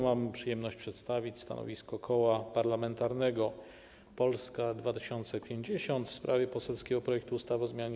Mam przyjemność przedstawić stanowisko Koła Parlamentarnego Polska 2050 wobec poselskiego projektu ustawy o zmianie